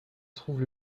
trouve